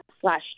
slash